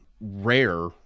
rare